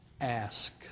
ask